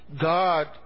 God